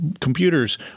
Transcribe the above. computers